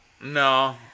No